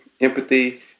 empathy